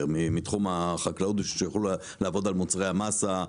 מתחום חקלאות שיוכלו לעבוד על מוצרי המסה,